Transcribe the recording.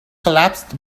collapsed